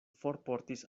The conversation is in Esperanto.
forportis